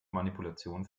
manipulation